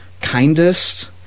kindest